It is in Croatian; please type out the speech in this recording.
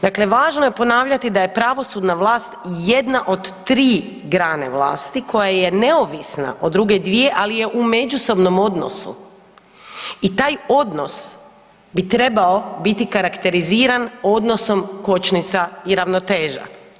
Dakle, Važno je ponavljati da je pravosudna vlast jedna od tri grane vlasti koja je neovisna od druge dvije ali je u međusobnom odnosu i taj odnos bi trebao biti karakteriziran odnosom kočnica i ravnoteža.